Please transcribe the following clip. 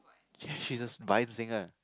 ya she's a vine singer